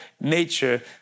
nature